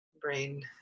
brain